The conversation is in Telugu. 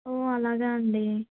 ఓ అలాగా అండి